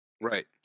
Right